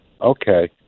Okay